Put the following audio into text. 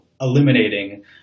eliminating